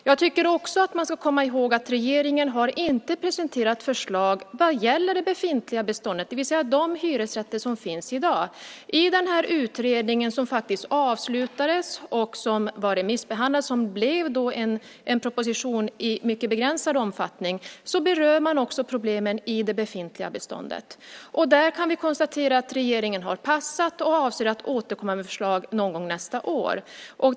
Man ska också komma ihåg att regeringen inte har presenterat förslag vad gäller det befintliga beståndet, det vill säga de hyresrätter som finns i dag. I utredningen som avslutades och remissbehandlades, och blev en proposition i mycket begränsad omfattning, berör man också problemen i det befintliga beståndet. Där kan vi konstatera att regeringen har passat och avser att återkomma med förslag någon gång nästa år.